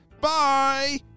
Bye